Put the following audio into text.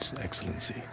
Excellency